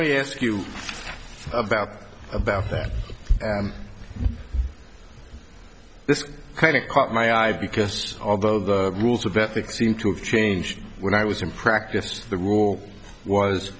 me ask you about about that this kind of caught my eye because although the rules of ethics seem to have changed when i was in practice the rule was